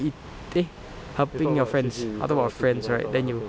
eat eh helping your friends oh talk about friends right then you